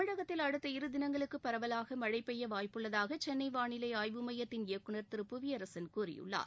தமிழகத்தில் அடுத்த இரு தினங்களுக்கு பரவலாக மழை பெய்ய வாய்ப்பு உள்ளதாக சென்னை வானிலை ஆய்வு மையத்தின் இயக்குநர் திரு புவியரசன் கூறியுள்ளார்